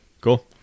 Cool